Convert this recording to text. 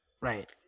Right